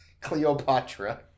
Cleopatra